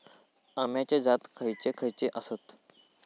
अम्याचे जाती खयचे खयचे आसत?